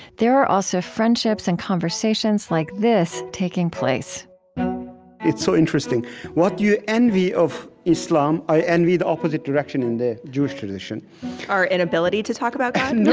there are also friendships and conversations like this taking place it's so interesting what you envy of islam, i envy in the opposite direction, in the jewish tradition our inability to talk about god?